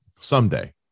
someday